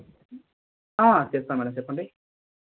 తెస్తాం మేడం చెప్పండి